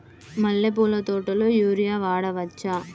మల్లె పూల తోటలో యూరియా వాడవచ్చా?